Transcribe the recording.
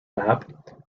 map